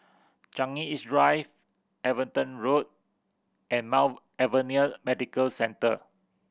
Changi East Drive Everton Road and Mount Alvernia Medical Centre